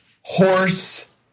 horse